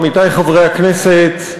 עמיתי חברי הכנסת,